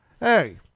Hey